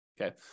okay